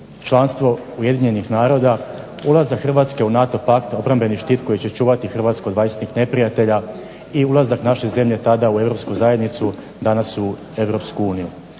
članstvo UN-a ulazak Hrvatske u NATO pakt, obrambeni štit koji će čuvati Hrvatsku od vanjskih neprijatelja, i ulazak naše zemlje tada u Europsku zajednicu danas u Europsku uniju.